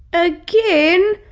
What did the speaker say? again?